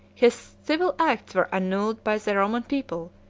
his civil acts were annulled by the roman people,